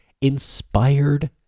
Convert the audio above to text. inspired